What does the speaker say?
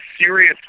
serious